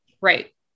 right